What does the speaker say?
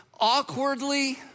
awkwardly